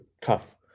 cuff